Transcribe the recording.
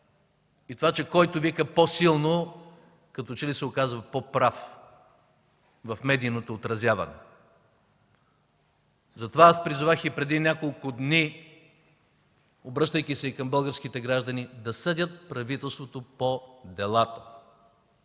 и това, че който вика по-силно, като че ли се оказва по-прав в медийното отразяване. Затова аз призовах преди няколко дни, обръщайки се към българските граждани, да съдят правителството по делата.